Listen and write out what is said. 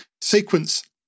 sequence